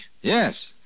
Yes